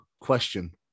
question